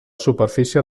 superfície